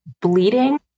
bleeding